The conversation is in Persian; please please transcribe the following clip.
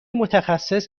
متخصص